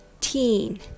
teen